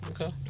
Okay